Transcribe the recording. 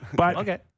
Okay